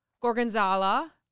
Gorgonzola